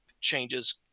changes